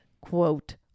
quote